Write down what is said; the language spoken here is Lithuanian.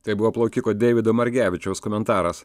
tai buvo plaukiko deivido margevičiaus komentaras